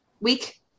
week